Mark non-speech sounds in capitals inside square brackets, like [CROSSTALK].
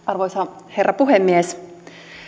[UNINTELLIGIBLE] arvoisa herra puhemies